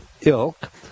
ilk